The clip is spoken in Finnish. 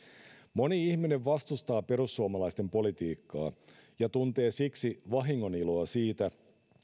moni ihminen vastustaa perussuomalaisten politiikkaa ja tuntee siksi vahingoniloa siitä